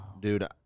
Dude